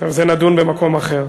טוב, על זה נדון במקום אחר.